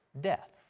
Death